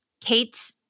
Kate's